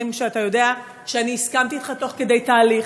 שאתה יודע שאני הסכמתי אתך תוך כדי תהליך.